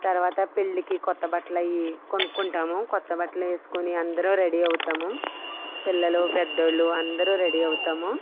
తర్వాత పెళ్ళికి కొత్త బట్టలు అవి కొనుక్కుంటాము కొత్త బట్టలు వేసుకుని అందరు రెడీ అవుతాము పిల్లలు పెద్ద వాళ్ళు అందరు రెడీ అవుతాము